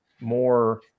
more